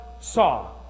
saw